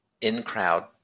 in-crowd